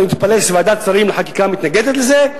ואני מתפלא שוועדת שרים לחקיקה מתנגדת לזה,